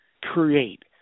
create